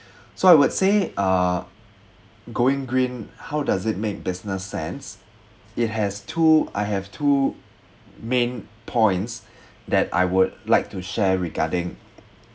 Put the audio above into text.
so I would say uh going green how does it make business sense it has two I have two main points that I would like to share regarding